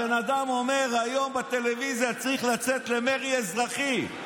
הבן אדם אומר בריאיון בטלוויזיה: צריך לצאת למרי אזרחי.